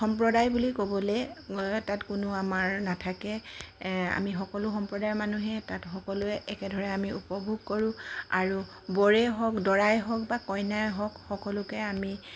সম্প্ৰদায় বুলি ক'বলৈ গ'লে তাত কোনো আমাৰ নাথাকে আমি সকলো সম্প্ৰদায়ৰ মানুহে তাত সকলোৱে একেধৰে আমি উপভোগ কৰোঁ আৰু বৰেই হওক দৰাই হওক বা কইনাই হওক সকলোকে আমি